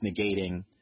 negating